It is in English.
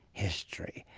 history,